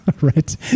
right